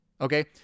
okay